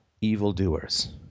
evildoers